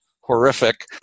horrific